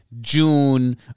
June